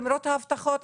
למרות ההבטחות,